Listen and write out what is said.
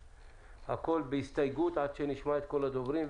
הכול בהסתייגות עד שנשמע את כל הדוברים,